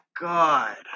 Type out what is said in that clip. God